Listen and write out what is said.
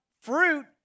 fruit